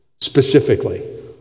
specifically